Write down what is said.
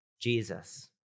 Jesus